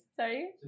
Sorry